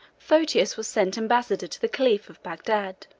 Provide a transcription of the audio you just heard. photius was sent ambassador to the caliph of bagdad.